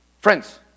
Friends